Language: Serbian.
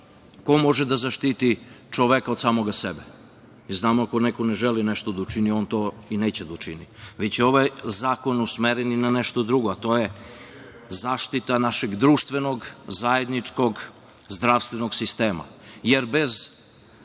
ko može da zaštiti čoveka od samoga sebe, jer znamo ako neko ne želi nešto da učini on to i neće da učini, već je ovaj zakon usmeren i na nešto drugo, a to je zaštita našeg društvenog, zajedničkog zdravstvenog sistema,